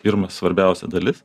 pirma svarbiausia dalis